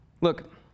look